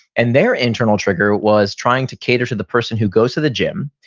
and their internal trigger was trying to cater to the person who goes to the gym,